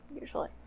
usually